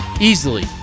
easily